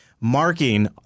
Marking